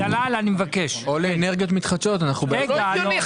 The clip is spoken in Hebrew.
זה לא הגיוני.